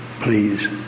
please